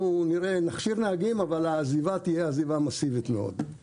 נכשיר נהגים אבל תהיה עזיבה מסיבית מאוד של נהגים.